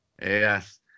Yes